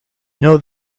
know